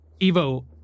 evo